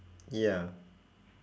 ya